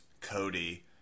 Cody